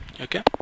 okay